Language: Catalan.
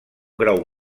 grau